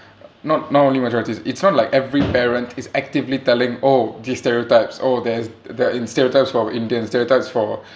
not not only majorities it's not like every parent is actively telling oh these stereotypes oh there's there're stereotypes for indian stereotypes for